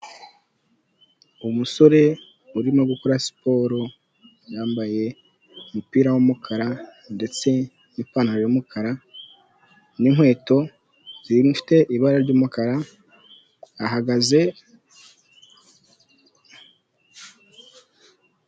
Umusore urimo gukora siporo, yambaye umupira w'umukara ndetse n'ipantaro y'umukara n'inkweto zifite ibara ry'umukara ahagaze.